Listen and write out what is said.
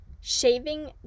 shaving